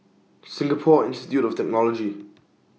Singapore Institute of Technology